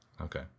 Okay